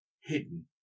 hidden